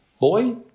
boy